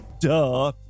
duh